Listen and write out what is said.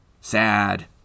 Sad